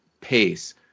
pace